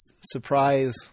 surprise